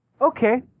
okay